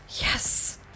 Yes